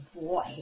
boy